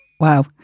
Wow